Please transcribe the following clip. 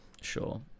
Sure